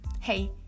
hey